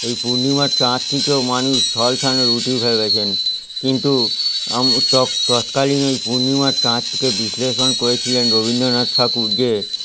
এই পূর্ণিমার চাঁদটিকেও মানুষ ঝলসানো রুটি ভেবেছেন কিন্তু আম তক তৎকালীন এই পূর্ণিমার চাঁদটিকে বিশ্লেষণ করেছিলেন রবীন্দ্রনাথ ঠাকুর যে